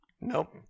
Nope